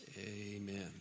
amen